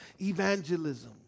evangelism